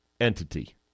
entity